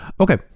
Okay